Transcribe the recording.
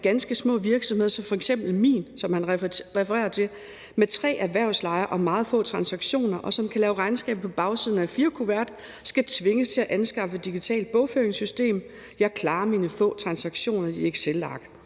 ganske små virksomheder som f.eks. min – som han refererer til – med tre erhvervslejere og meget få transaktioner, som kan lave regnskab på bagsiden af en A4-kuvert, skal tvinges til at anskaffe et digitalt bogføringssystem. Jeg klarer mine få transaktioner i et excelark.